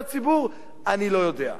אני לא יודע.